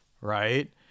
right